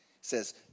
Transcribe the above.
says